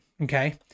Okay